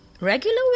regular